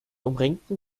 umringten